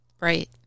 Right